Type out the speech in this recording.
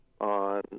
on